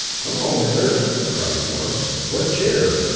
hello, minters! cried forbes. what cheer?